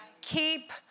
Keep